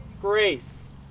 Grace